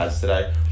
today